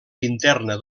interna